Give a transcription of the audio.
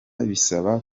bisaba